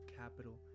capital